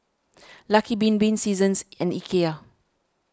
Lucky Bin Bin Seasons and Ikea